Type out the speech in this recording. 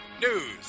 news